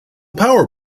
power